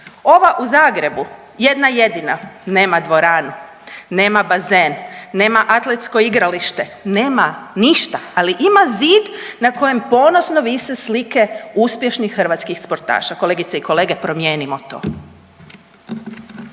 Ova u Zagrebu jedna jedina, nema dvoranu, nema bazen, nema atletsko igralište, nema ništa. Ali ima zid na kojem ponosno vise slike uspješnih hrvatskih sportaša, kolegice i kolege, promijenimo to.